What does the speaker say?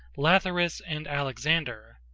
lathyrus and alexander.